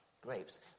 grapes